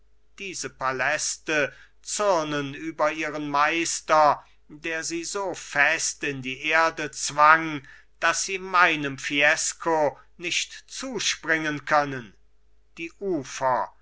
diese paläste zürnen über ihren meister der sie so fest in die erde zwang daß sie meinem fiesco nicht zuspringen können die ufer